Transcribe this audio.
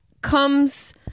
comes